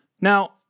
Now